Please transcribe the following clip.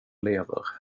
lever